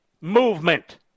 movement